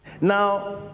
Now